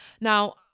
Now